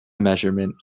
measurement